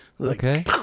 Okay